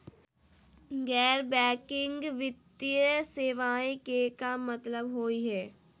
गैर बैंकिंग वित्तीय सेवाएं के का मतलब होई हे?